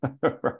Right